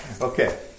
Okay